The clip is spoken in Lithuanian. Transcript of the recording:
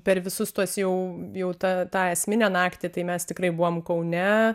per visus tuos jau jau ta tą esminę naktį tai mes tikrai buvom kaune